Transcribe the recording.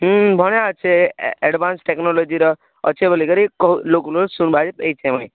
ହଁ ବଢ଼ିଆ ଅଛେ ଆଡଭାନ୍ସ ଟେକ୍ନୋଲୋଜିର ଅଛେ ବୋଲି କରି ଲୋକନୁ ଶୁଣିବାକେ ପାଇଚେଁ ମୁଇଁ